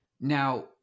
now